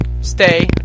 stay